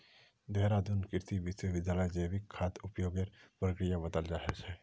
देहरादून कृषि विश्वविद्यालयत जैविक खाद उपयोगेर प्रक्रिया बताल जा छेक